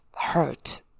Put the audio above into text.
hurt